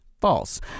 false